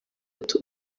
ati